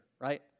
Right